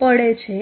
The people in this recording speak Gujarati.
પડે છે